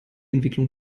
entwicklung